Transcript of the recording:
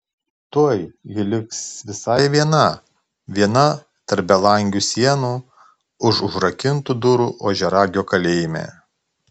tuoj ji liks visai viena viena tarp belangių sienų už užrakintų durų ožiaragio kalėjime